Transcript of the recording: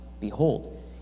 Behold